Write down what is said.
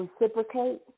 reciprocate